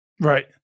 Right